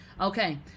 Okay